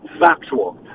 factual